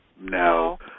No